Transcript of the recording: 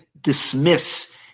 dismiss